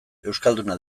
euskalduna